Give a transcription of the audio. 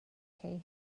chi